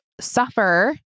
suffer